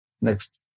Next